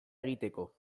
egiteko